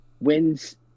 wins